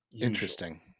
Interesting